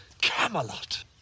Camelot